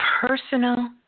personal